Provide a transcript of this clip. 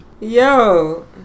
yo